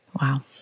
Wow